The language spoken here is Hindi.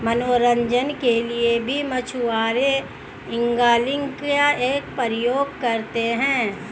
मनोरंजन के लिए भी मछुआरे एंगलिंग का प्रयोग करते हैं